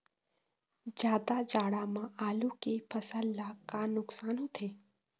जादा जाड़ा म आलू के फसल ला का नुकसान होथे?